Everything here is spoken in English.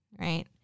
right